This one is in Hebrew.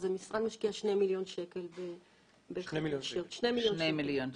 אז המשרד משקיע שני מיליון שקל ב --- שני מיליון שקל.